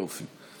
יופי.